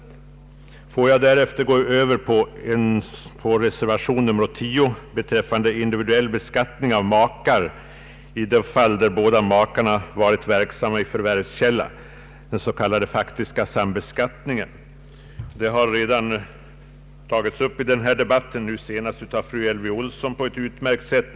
Får jag därefter, herr talman, gå över till reservation 10 beträffande individuell beskattning av makar i de fall där båda makarna har varit verksamma i förvärvskällan — den s.k. faktiska sambeskattningen. Ämnet har redan tagits upp i denna debatt, nu senast på ett utmärkt sätt av fru Elvy Olsson.